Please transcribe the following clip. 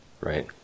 Right